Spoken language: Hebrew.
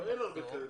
אבל אין הרבה כאלה.